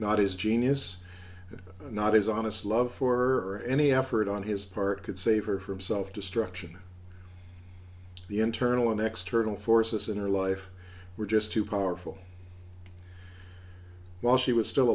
not his genius and not his honest love for any effort on his part could save her from self destruction the internal and external forces in her life were just too powerful while she was still